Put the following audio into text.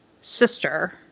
sister